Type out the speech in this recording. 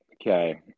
okay